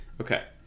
okay